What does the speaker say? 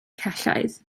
celloedd